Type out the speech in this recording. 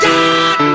God